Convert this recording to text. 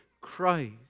Christ